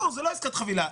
לא, זה לא עסקת חבילה.